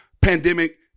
pandemic